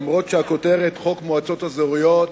אומנם הכותרת היא "חוק המועצות האזוריות",